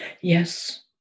yes